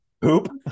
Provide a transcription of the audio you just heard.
Poop